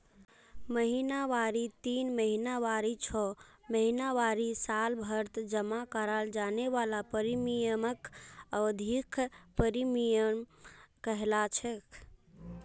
महिनावारी तीन महीनावारी छो महीनावारी सालभरत जमा कराल जाने वाला प्रीमियमक अवधिख प्रीमियम कहलाछेक